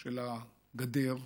של הגדר,